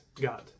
God